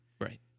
Right